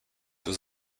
was